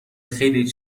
خیلی